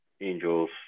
angels